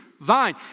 vine